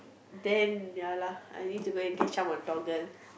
then ya lah I need to go and catch up on Toggle